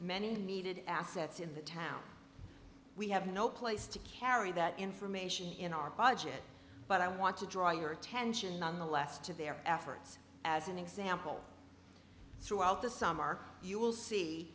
many needed assets in the town we have no place to carry that information in our budget but i want to draw your attention nonetheless to their efforts as an example throughout the summer you will see